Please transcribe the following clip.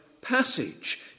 passage